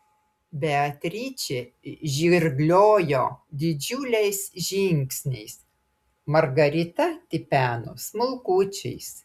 beatričė žirgliojo didžiuliais žingsniais margarita tipeno smulkučiais